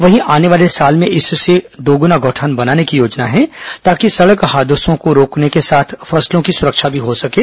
वहीं आने वाले साल में इससे दोगुना गौठान बनाने की योजना है ताकि सड़क हादसों को रोकने के साथ फसलों की सुरक्षा हो सकें